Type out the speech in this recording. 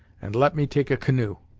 and let me take a canoe.